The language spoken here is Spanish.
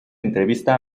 entrevista